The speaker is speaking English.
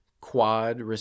quad